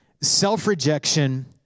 self-rejection